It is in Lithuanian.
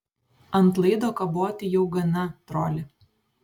ant laido kaboti jau gana troli